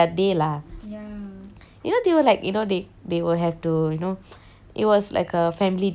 you know they will like you know they they will have to you know it was like family day tea party right then